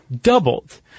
Doubled